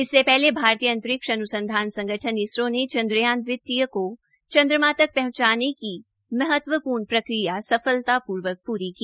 इससे पहले भारतीय अंतरिक्ष अन्संधान संगठन इसरो ने चन्द्रयान द्वितीय को चन्द्रमा तक पहंचने की महत्वपूर्ण प्रक्रिया सफलतापूर्वक प्री की